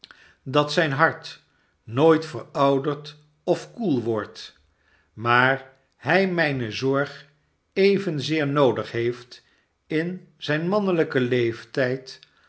dat zijn hart nooit veroudert of koel wordt maar hij mijne zorg evenzeer noodig heeft in zijn mannelijken leeftijd